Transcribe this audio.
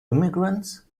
immigrants